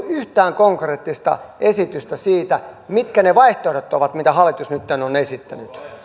yhtään konkreettista esitystä siitä mitkä ne vaihtoehdot ovat sille mitä hallitus nytten on esittänyt